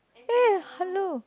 eh hello